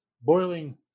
boiling